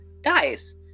dies